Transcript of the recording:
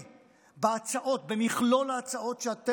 בהצעות, במכלול ההצעות שאתם מביאים,